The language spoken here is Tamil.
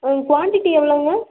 ஆ குவான்டிட்டி எவ்வளோங்க